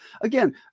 again